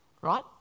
right